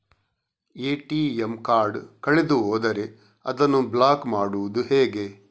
ATM card ಕಳೆದು ಹೋದರೆ ಅದನ್ನು ಬ್ಲಾಕ್ ಮಾಡುವುದು ಹೇಗೆ?